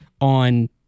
on